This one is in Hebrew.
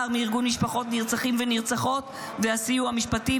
מארגון משפחות נרצחים ונרצחות והסיוע המשפטי,